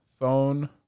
phone